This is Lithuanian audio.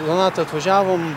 donata atvažiavom